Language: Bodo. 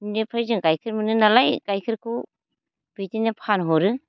निफ्राय जों गायखेर मोनोनालाय गायखेरखौ बिदिनो फानहरो